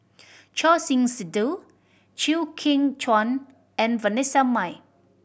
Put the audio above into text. Choor Singh Sidhu Chew Kheng Chuan and Vanessa Mae